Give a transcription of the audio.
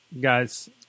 guys